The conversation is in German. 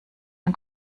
man